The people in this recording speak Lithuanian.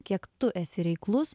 kiek tu esi reiklus